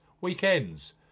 weekend's